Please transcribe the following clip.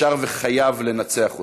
אפשר וחובה לנצח אותה.